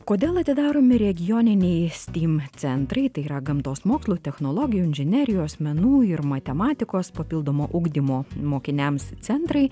kodėl atidaromi regioniai steam centrai tai yra gamtos mokslų technologijų inžinerijos menų ir matematikos papildomo ugdymo mokiniams centrai